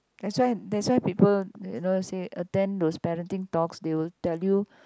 that's why that's why people never say attend to parenting talk they will tell you